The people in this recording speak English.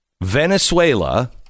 Venezuela